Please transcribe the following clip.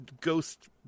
ghost